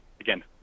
again